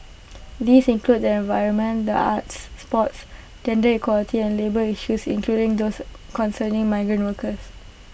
these include their environment the arts sports gender equality and labour issues including those concerning migrant workers